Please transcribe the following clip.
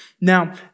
Now